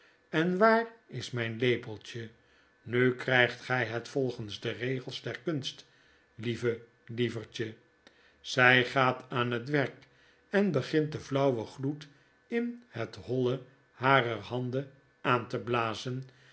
en waar is myn lepeltje nu krjjgt gij het volgens de regels der ktinst lieve lievertje zjj gaat aan het werk en begint den flau wen gloed in het holle harer handen aan teblazen